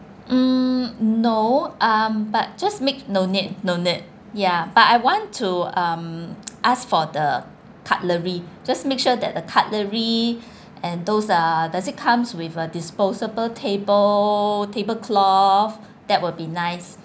mm no um but just make no need no need ya but I want to um ask for the cutlery just make sure that the cutlery and those uh does it comes with a disposable table table cloth that would be nice